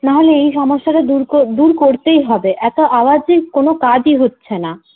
নাহলে এই সমস্যাটা দূর কর দূর করতেই হবে এত আওয়াজে কোনও কাজই হচ্ছে না